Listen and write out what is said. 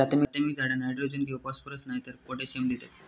प्राथमिक झाडा नायट्रोजन किंवा फॉस्फरस नायतर पोटॅशियम देतत